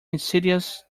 insidious